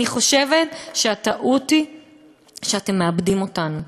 אני חושבת שהטעות היא שאתם מאבדים אותנו.